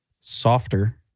softer